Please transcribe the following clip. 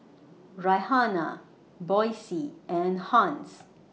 Rihanna Boysie and Hans